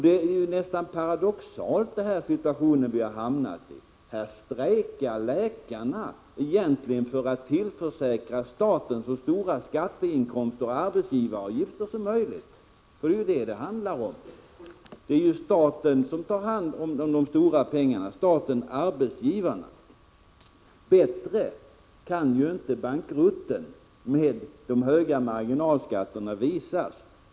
Vi har hamnat i en situation som är nästan paradoxal. Här strejkar läkarna egentligen för att tillförsäkra staten så stora skatteinkomster och arbetsgivaravgifter som möjligt. Det är ju vad det handlar om. Det är ju staten, arbetsgivaren, som tar hand om de stora pengarna. Bättre kan ju inte bankrutten med de höga marginalskatterna visas.